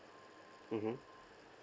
mmhmm